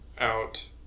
out